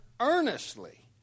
earnestly